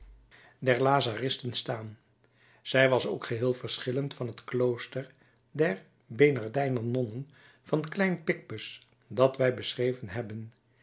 der lazaristen staan zij was ook geheel verschillend van het klooster der bernardijner nonnen van klein picpus dat wij beschreven hebben